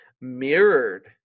mirrored